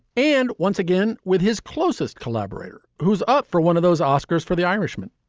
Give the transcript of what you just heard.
and once again with his closest collaborator, who's up for one of those oscars for the irishman.